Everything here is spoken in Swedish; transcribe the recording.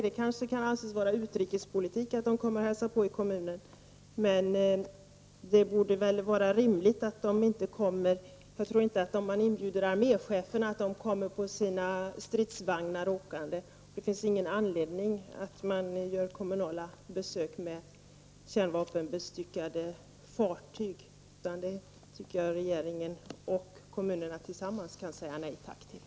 Det kanske kan anses vara utrikespolitik att de kommer och hälsar på i kommunen, men om man inbjuder arméchefen tror jag inte att han kommer åkande med sina stridsvagnar. Det finns ingen anledning att göra kommunala besök med kärnvapenbestyckade fartyg. Det tycker jag att regeringen och kommunerna tillsammans kan säga nej tack till.